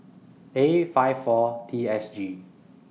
A five four T S G